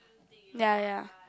ya ya